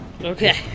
Okay